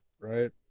right